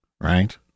right